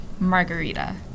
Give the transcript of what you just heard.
Margarita